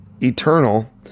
eternal